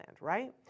right